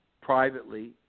privately